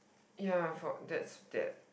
ya for that's that